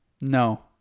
no